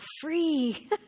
free